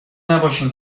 نباشین